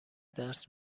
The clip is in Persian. درس